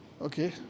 Okay